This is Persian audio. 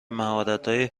مهارتهای